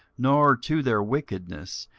nor to their wickedness,